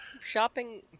shopping